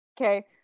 Okay